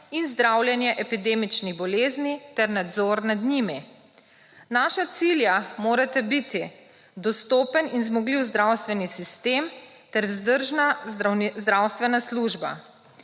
in zdravljenje epidemičnih bolezni ter nadzor nad njimi. Naša cilja morata biti dostopen in zmogljiv zdravstveni sistem ter vzdržna zdravstvena služba.